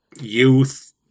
youth